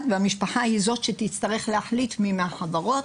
והמשפחה היא זו שתצטרך להחליט מי מהחברות.